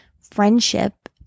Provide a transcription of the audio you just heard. friendship